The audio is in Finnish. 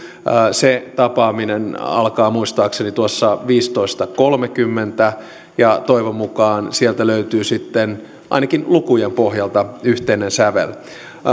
se tapaaminen alkaa muistaakseni tuossa viisitoista piste kolmekymmentä ja toivon mukaan sieltä löytyy sitten ainakin lukujen pohjalta yhteinen sävel